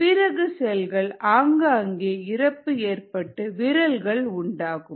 பிறகு செல்கள் ஆங்காங்கே இறப்பு ஏற்பட்டு விரல்கள் உண்டாகும்